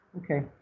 Okay